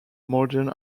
modern